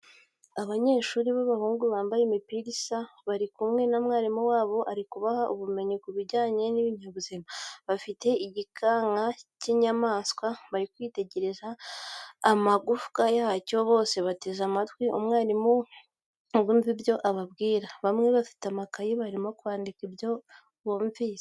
Abanyeshuri b'abahungu bambaye imipira isa bari kumwe na mwalimu wabo ari kubaha ubumenyi ku bijyanye n'ibinyaabuzima, bafite igikanka cy'inyamaswa bari kwitegereza amagufwa yacyo bose bateze amatwi umwarimu bumva ibyo ababwira, bamwe bafite amakayi barimo kwandika ibyo bumvise.